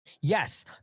Yes